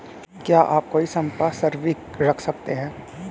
क्या आप कोई संपार्श्विक रख सकते हैं?